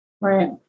Right